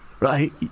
Right